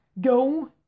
go